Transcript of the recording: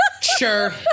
sure